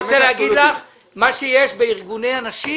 אני רוצה לומר לך שמה שיש בארגוני הנשים,